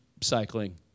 cycling